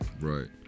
Right